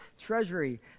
treasury